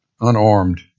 unarmed